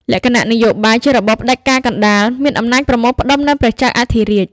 លក្ខណៈនយោបាយ ជារបបផ្ដាច់ការកណ្ដាល មានអំណាចប្រមូលផ្តុំនៅព្រះចៅអធិរាជ។